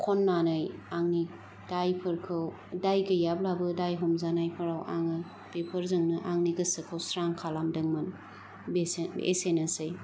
खननानै आंनि दाइफोरखौ दाइ गैयाब्लाबो दाइ हमजानायफोराव आङो बेफोरजोंनो आंनि गोसोखौ स्रां खालामदोंमोन बेसो एसेनोसै